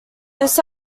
this